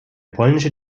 polnische